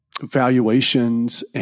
valuations